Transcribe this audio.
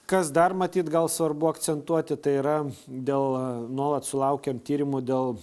kas dar matyt gal svarbu akcentuoti tai yra dėl nuolat sulaukiam tyrimų dėl